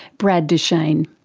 brad duchaine.